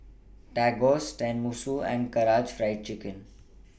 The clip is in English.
Tacos Tenmusu and Karaage Fried Chicken